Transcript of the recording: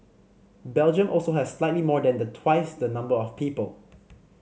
Belgium also has slightly more than the twice the number of people